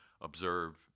observe